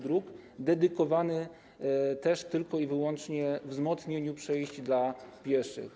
Dróg dedykowany też tylko i wyłącznie wzmocnieniu przejść dla pieszych.